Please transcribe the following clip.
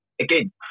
Again